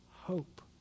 hope